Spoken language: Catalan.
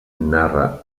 narra